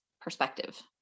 perspective